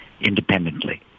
independently